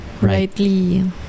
rightly